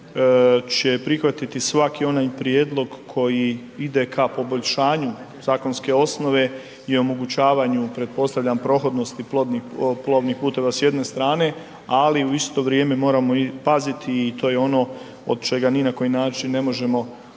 će prihvatiti svaki onaj prijedlog koji ide ka poboljšanju zakonske osnove i omogućavanju pretpostavljam prohodnosti plovnih puteva s jedne strane ali u isto vrijeme moramo i paziti i to je ono od čega ni na koji način ne može